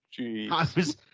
Jeez